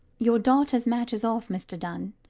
your daughter's match is off, mr dunn.